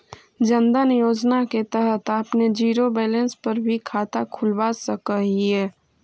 जन धन योजना के तहत आपने जीरो बैलेंस पर भी खाता खुलवा सकऽ हिअ